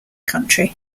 country